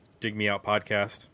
digmeoutpodcast